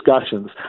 discussions